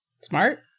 Smart